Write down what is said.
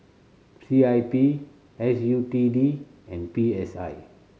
C I P S U T D and P S I